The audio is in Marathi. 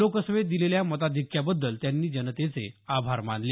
लोकसभेत दिलेल्या मताधिक्याबद्दल त्यांनी जनतेचे आभार मानले